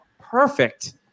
perfect